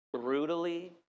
brutally